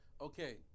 Okay